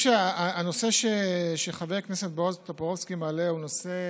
שהנושא שחבר הכנסת בועז טופורובסקי מעלה הוא נושא